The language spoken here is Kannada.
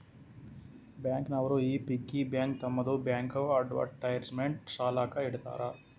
ಬ್ಯಾಂಕ್ ನವರು ಈ ಪಿಗ್ಗಿ ಬ್ಯಾಂಕ್ ತಮ್ಮದು ಬ್ಯಾಂಕ್ದು ಅಡ್ವರ್ಟೈಸ್ಮೆಂಟ್ ಸಲಾಕ ಇಡ್ತಾರ